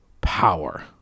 power